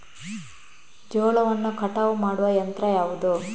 ಜೋಳವನ್ನು ಕಟಾವು ಮಾಡುವ ಯಂತ್ರ ಯಾವುದು?